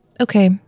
Okay